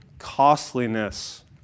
costliness